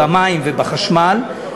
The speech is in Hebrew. במים ובחשמל.